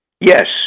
Yes